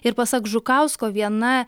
ir pasak žukausko viena